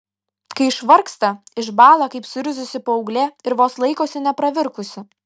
kai išvargsta išbąla kaip suirzusi paauglė ir vos laikosi nepravirkusi